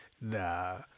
Nah